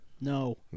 No